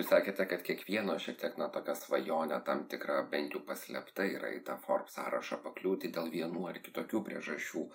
sakėte kad kiekvieno šiek tiek na tokia svajonė tam tikra bent jau paslėpta yra į tą forbes sąrašą pakliūti dėl vienų ar kitokių priežasčių